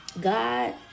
God